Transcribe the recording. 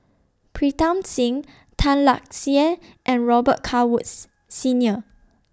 Pritam Singh Tan Lark Sye and Robet Carr Woods Senior